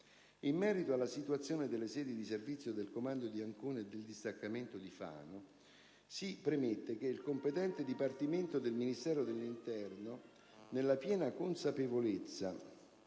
In merito alla situazione delle sedi di servizio del comando di Ancona e del distaccamento di Fano, si premette che il competente dipartimento del Ministero dell'interno, nella piena consapevolezza